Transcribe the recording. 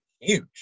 huge